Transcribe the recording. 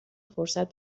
فرصت